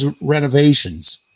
renovations